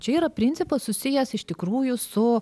čia yra principas susijęs iš tikrųjų su